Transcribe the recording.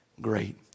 great